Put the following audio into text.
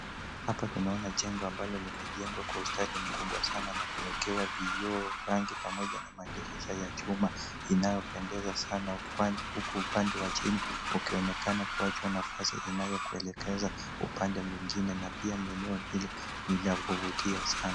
Hapa tunaona jengo ambalo limejengwa kwa ustadi mkubwa sana na kuwekewa vioo, rangi pamoja na madirisha ya chuma inayopendeza sana kwani huku upande wa chini ukionekana kuachwa nafasi inayokuelekeza kwa upande mwingine na pia maeneo hili ni ya kuvutia sana.